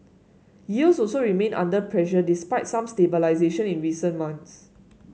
yields also remain under pressure despite some stabilisation in recent months